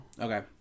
Okay